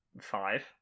five